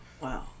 Wow